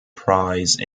prize